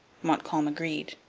montcalm agreed.